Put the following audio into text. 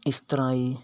ਇਸ ਤਰ੍ਹਾਂ ਹੀ